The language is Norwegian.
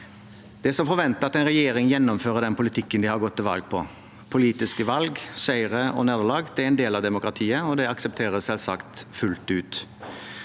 Det er å forvente at regjeringen gjennomfører den politikken man har gått til valg på. Politiske valg, seire og nederlag er en del av demokratiet, og det aksepteres selvsagt fullt ut.